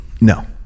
No